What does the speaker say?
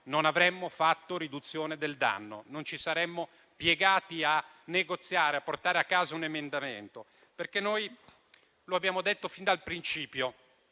non avremmo fatto riduzione del danno, non ci saremmo piegati a negoziare, a portare a casa un emendamento. Come abbiamo detto fin dal principio,